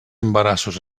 embarassos